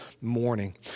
morning